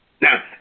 Now